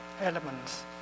elements